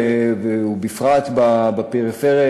ובפרט בפריפריה,